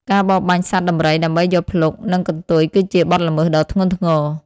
ការបរបាញ់សត្វដំរីដើម្បីយកភ្លុក និងកន្ទុយគឺជាបទល្មើសដ៏ធ្ងន់ធ្ងរ។